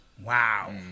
Wow